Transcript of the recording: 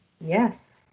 Yes